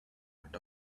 act